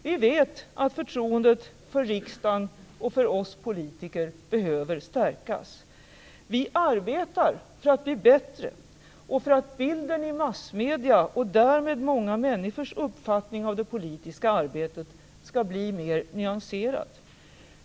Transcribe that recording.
Vi vet att förtroendet för riksdagen och för oss politiker behöver stärkas. Vi arbetar för att bli bättre och för att bilden i massmedierna och därmed många människors uppfattning om det politiska arbetet skall bli mer nyanserad.